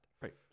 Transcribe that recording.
Right